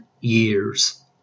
years